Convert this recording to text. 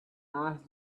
asked